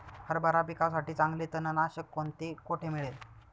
हरभरा पिकासाठी चांगले तणनाशक कोणते, कोठे मिळेल?